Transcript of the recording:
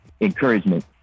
encouragement